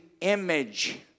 image